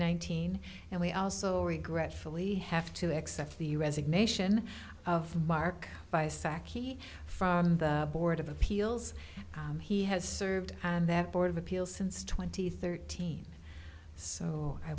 nineteen and we also regretfully have to accept the resignation of marc by sacchi from the board of appeals he has served on that board of appeal since twenty thirteen so i